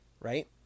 right